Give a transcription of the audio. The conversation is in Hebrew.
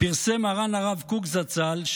פרסם מרן הרב קוק זצ"ל,